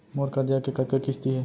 मोर करजा के कतका किस्ती हे?